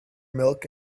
milk